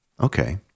Okay